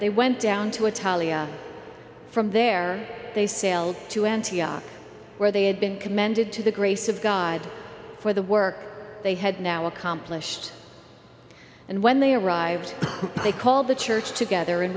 they went down to a from there they sailed to antioch where they had been commended to the grace of god for the work they had now accomplished and when they arrived they called the church together and